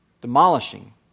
demolishing